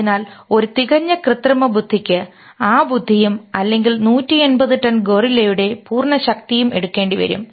അതിനാൽ ഒരു തികഞ്ഞ കൃത്രിമബുദ്ധിക്ക് ആ ബുദ്ധിയും അല്ലെങ്കിൽ നൂറ്റി എൺപത് ടൺ ഗോറില്ലയുടെ പൂർണ്ണ ശക്തിയും എടുക്കേണ്ടിവരും